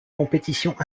compétitions